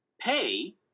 pay